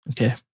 Okay